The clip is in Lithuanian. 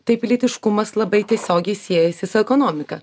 tai pilietiškumas labai tiesiogiai siejasi su ekonomika